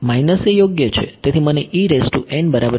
minus યોગ્ય છે